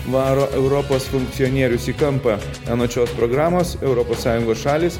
varo europos funkcionierius į kampą anot šios programos europos sąjungos šalys